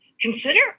consider